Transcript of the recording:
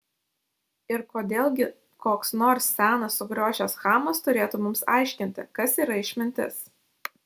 ir kodėl gi koks nors senas sukriošęs chamas turėtų mums aiškinti kas yra išmintis